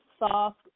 soft